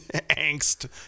angst